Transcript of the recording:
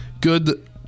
good